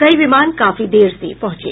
कई विमान काफी देर से पहुंचे